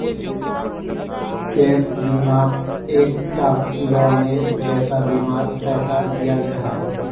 gap बिमात एक टा लोअनेर जैसा बीमार पैसा दियाल जाहा